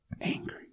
Angry